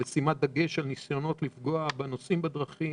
בשימת דגש על ניסיונות לפגוע בנוסעים בדרכים,